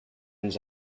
ens